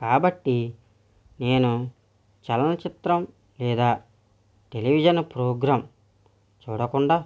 కాబట్టి నేను చలనచిత్రం లేదా టెలివిజన్ ప్రోగ్రాం చూడకుండా